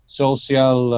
social